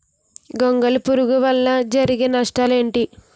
గొంగళి పురుగు వల్ల జరిగే నష్టాలేంటి?